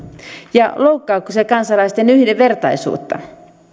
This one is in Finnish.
ja loukkaako se kansalaisten yhdenvertaisuutta